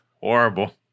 horrible